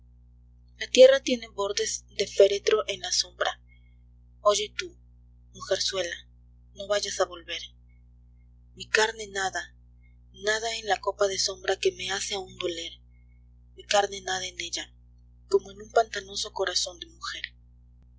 la tierra tiene bordes de férretro en la sombra oye tú mujerzuela no vayas a volver mi carne nada nada en la copa de sombra que me hace aún doler mi carne nada en ella como en un pantanoso corazón de mujer